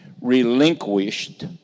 relinquished